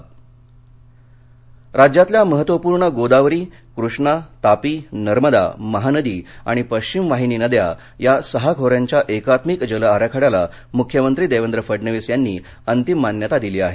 जल आराखडा राज्यातल्या महत्त्वपूर्ण गोदावरी कृष्णा तापी नर्मदा महानदी आणि पश्चिम वाहिनी नद्या या सहा खोऱ्यांच्या एकात्मिक जल आराखड़याला मृख्यमंत्री देवेंद्र फडणवीस यांनी अंतिम मान्यता दिली आहे